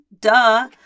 duh